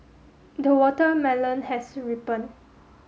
the watermelon has ripened